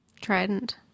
trident